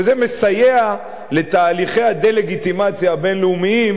וזה מסייע לתהליכי הדה-לגיטימציה הבין-לאומיים,